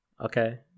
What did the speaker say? Okay